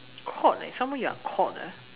caught ah some more you're caught ah